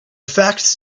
facts